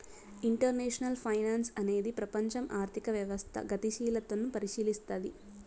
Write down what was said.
international finance అనేది ప్రపంచం ఆర్థిక వ్యవస్థ గతిశీలతని పరిశీలస్తది